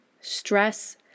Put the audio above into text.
stress